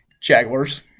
Jaguars